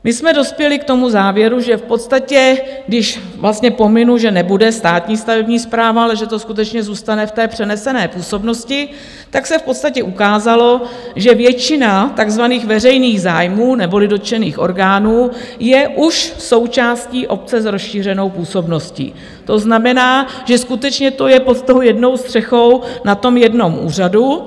My jsme dospěli k závěru, že v podstatě, když pominu, že nebude státní stavební správa, ale že to skutečně zůstane v té přenesené působnosti, tak se v podstatě ukázalo, že většina takzvaných veřejných zájmů neboli dotčených orgánů je už součástí obce s rozšířenou působností, to znamená, že skutečně to je pod tou jednou střechou, na jednom úřadu.